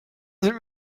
sind